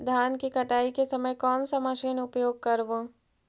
धान की कटाई के समय कोन सा मशीन उपयोग करबू?